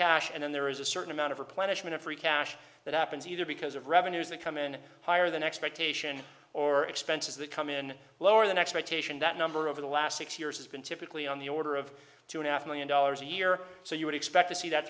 cash and then there is a certain amount of replenishment of free yeah sure that happens either because of revenues that come in higher than expectation or expenses that come in lower than expectation that number over the last six years has been typically on the order of two and a half million dollars a year so you would expect to see that